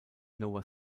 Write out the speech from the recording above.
nova